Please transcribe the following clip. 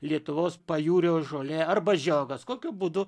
lietuvos pajūrio žolė arba žiogas kokiu būdu